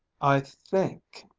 i think,